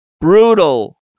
brutal